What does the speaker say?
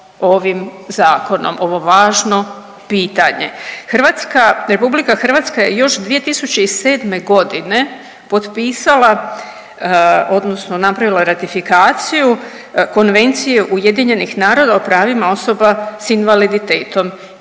ovo važno pitanje. Hrvatska, RH je još 2007.g. potpisala odnosno napravila ratifikaciju Konvencije UN-a o pravima osoba s invaliditetom